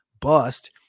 bust